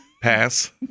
Pass